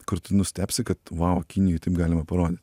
kur tu nustebsi kad vau kinijoj taip galima parodyt